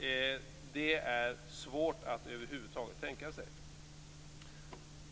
är svårt att över huvud taget tänka sig.